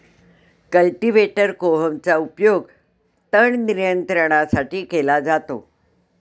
cultivator कोहमचा उपयोग तण नियंत्रणासाठी केला जातो